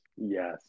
Yes